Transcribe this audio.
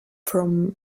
from